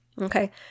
okay